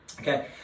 okay